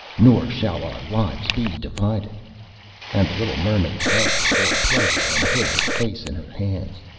nor shall our lives be divided and the little mermaid laughed for pleasure and hid her face in her hands.